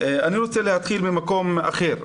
אני רוצה להתחיל ממקום אחר,